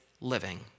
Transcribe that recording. living